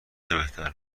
بهتر